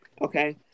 Okay